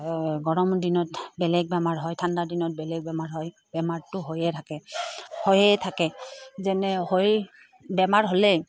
গৰম দিনত বেলেগ বেমাৰ হয় ঠাণ্ডাৰ দিনত বেলেগ বেমাৰ হয় বেমাৰটো হৈয়ে থাকে হৈয়ে থাকে যেনে হৈ বেমাৰ হ'লে